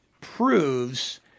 proves